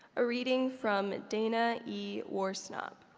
a reading from dana eworsnop.